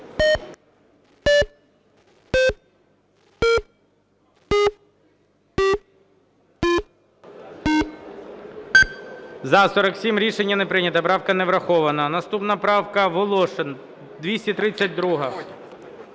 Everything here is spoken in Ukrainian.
За-47 Рішення не прийнято. Правка не врахована. Наступна правка, Волошин, 232-а.